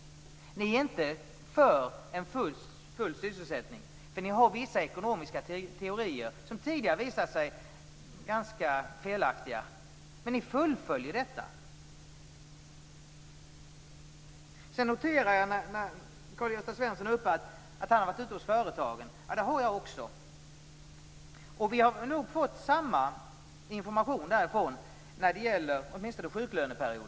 Ni är inte för en full sysselsättning, för ni har vissa ekonomiska teorier som tidigare har visat sig ganska felaktiga. Ändå fullföljer ni detta. Jag noterade att Karl-Gösta Svenson hade varit ute hos företagen. Det har också jag, och vi har nog fått samma information därifrån, åtminstone när det gäller sjuklöneperioden.